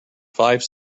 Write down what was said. five